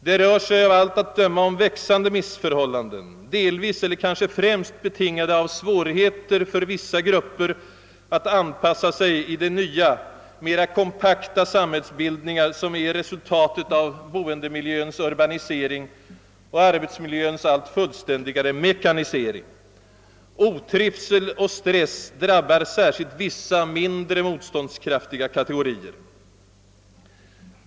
Det rör sig av allt att döma om växande missförhållanden, delvis eller kanske främst betingade av svårigheter för vissa grupper att anpassa sig till de nya, mera kompakta samhällsbildningar, som är resultatet av boendemiljöns urbanisering och arbetsmiljöns allt fullständigare mekanisering. Otrivsel och stress drabbar särskilt vissa mindre motståndskraftiga kategorier.